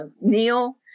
Neil